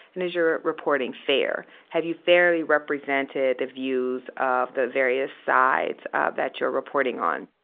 and is your reporting fair? have you fairly represented the views of the various sides that you're reporting on?